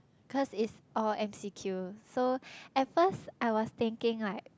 causes is all S_E_Q so at first I was thinking like